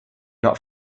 not